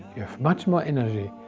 you have much more energy,